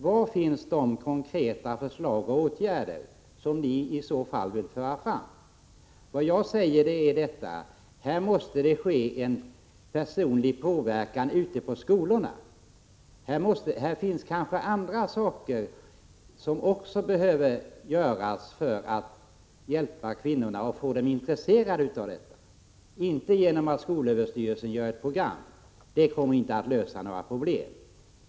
Var finns de konkreta förslag och åtgärder som ni i så fall vill föra fram? Jag menar att det här måste ske en personlig påverkan ute på högskolorna. Det finns kanske också andra åtgärder som behövs för att hjälpa kvinnorna och få dem intresserade. Att skolöverstyrelsen utarbetar ett program kommer inte att lösa några problem.